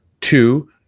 two